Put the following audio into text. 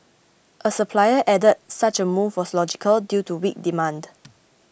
a supplier added such a move was logical due to weak demand